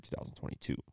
2022